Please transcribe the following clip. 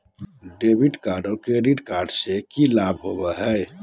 Debit card और credit card क्या लाभ होता है?